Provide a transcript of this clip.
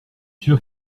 sûr